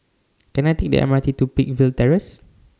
Can I Take The M R T to Peakville Terrace